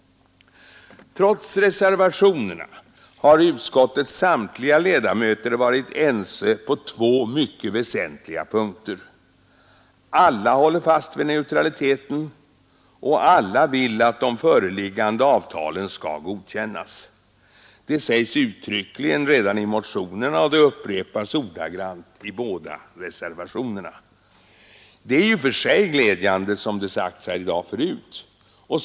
Trots reservationerna har utskottets samtliga ledamöter varit ense på två mycket väsentliga punkter: alla håller fast vid neutraliteten, och alla vill att de föreliggande avtalen skall godkännas. Detta sägs uttryckligen åda reservationerna redan i motionerna, och det upprepas ordagrant i Det är i och för sig glädjande, som det har sagts här tidigare i dag.